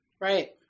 Right